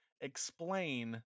explain